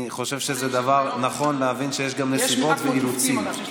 אני חושב שזה דבר נכון להבין שיש גם נסיבות ואילוצים.